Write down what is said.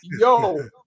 yo